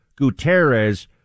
Guterres